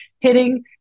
hitting